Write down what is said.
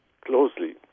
closely